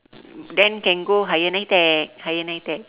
then can go higher NITEC higher NITEC